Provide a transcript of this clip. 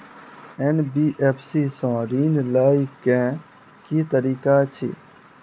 NBFC सँ ऋण लय केँ की तरीका अछि?